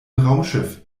raumschiff